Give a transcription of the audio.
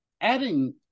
adding